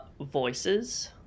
voices